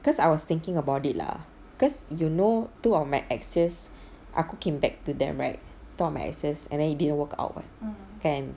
because I was thinking about it lah cause you know two of my exes aku came back to them right two of my exes and then it didn't work out [what] kan